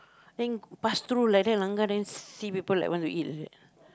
then pass through like that langgar then see people like want to eat like that